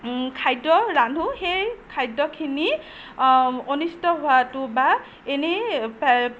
খাদ্য ৰান্ধোঁ সেই খাদ্যখিনি অনিষ্ট হোৱাটো বা ইনেই